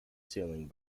ceiling